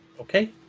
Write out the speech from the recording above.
Okay